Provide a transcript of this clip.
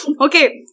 Okay